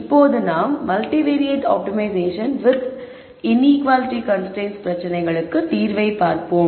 இப்போது நாம் multivariate optimisation with inequality constraints பிரச்சனைளுக்கு தீர்வை பார்ப்போம்